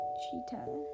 cheetah